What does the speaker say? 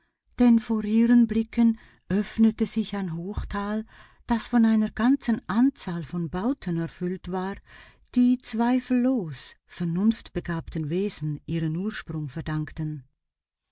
denn vor ihren blicken öffnete sich ein hochtal das von einer ganzen anzahl von bauten erfüllt war die zweifellos vernunftbegabten wesen ihren ursprung verdankten